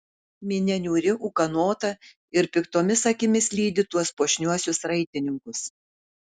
minia niūri ūkanota ir piktomis akimis lydi tuos puošniuosius raitininkus